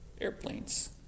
airplanes